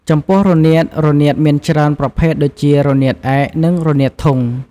ចំពោះរនាត រនាតមានច្រើនប្រភេទដូចជា រនាតឯក និង រនាតធុង។